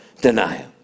denial